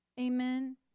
amen